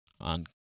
on